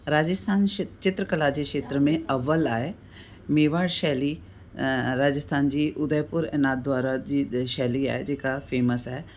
राजस्थान शीत चित्र कला जे खेत्र में अवलि आहे मेवाड़ शैली राजस्थान जी उदयपुर इना द्वारा जी शैली आहे जेका फ़ेम्स आहे